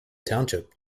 township